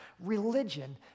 religion